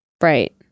Right